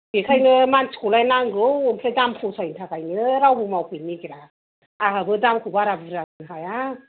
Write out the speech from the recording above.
बेखायनो मानसिखौलाय नांगौ ओमफ्राय दाम फसायैनि थाखायनो रावबो मावफैनो नागिरा आंहाबो दामखौ बारा बुरजा होनो हाया